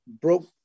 broke